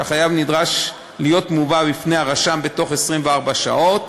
שהחייב נדרש להיות מובא בפני הרשם בתוך 24 שעות.